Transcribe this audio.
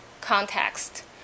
context